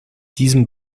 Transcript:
diesem